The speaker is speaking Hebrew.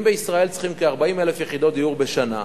אם בישראל צריכים כ-40,000 יחידות דיור בשנה,